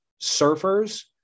surfers